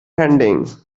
pending